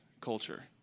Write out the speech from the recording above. culture